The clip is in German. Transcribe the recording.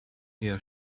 eher